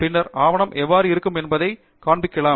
பின்னர் ஆவணம் எவ்வாறு இருக்கும் என்பதைக் காண்பிக்கலாம்